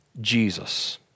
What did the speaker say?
Jesus